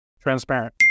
Transparent